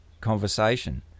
conversation